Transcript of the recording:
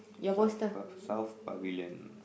south pa~ South Pavilion